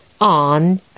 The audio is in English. on